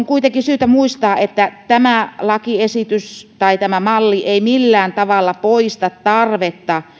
kuitenkin syytä muistaa että tämä lakiesitys tai tämä malli ei millään tavalla poista tarvetta